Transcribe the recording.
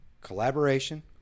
collaboration